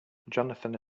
johnathan